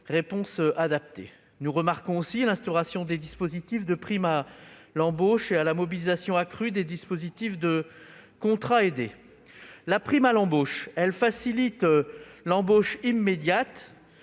réponse adaptée. Nous notons aussi l'instauration de dispositifs de prime à l'embauche et la mobilisation accrue des dispositifs de contrats aidés. La prime à l'embauche facilite l'embauche immédiate